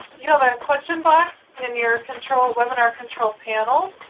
you have a question box in your control, webinar control panel.